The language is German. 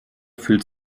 fühlt